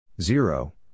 Zero